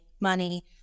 money